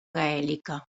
gaèlica